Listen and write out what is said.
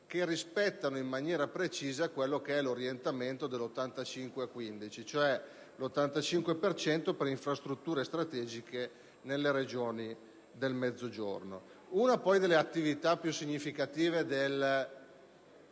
che rispettano in maniera precisa l'orientamento dell'85 a 15, cioè l'85 per cento per le infrastrutture strategiche nelle Regioni del Mezzogiorno. Una delle attività più significative del